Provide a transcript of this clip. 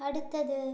அடுத்தது